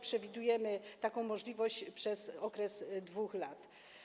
Przewidujemy taką możliwość przez okres 2 lat.